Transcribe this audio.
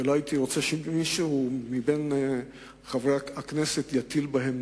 ולא הייתי רוצה שמישהו מבין חברי הכנסת יטיל בהם